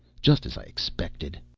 just as i expected!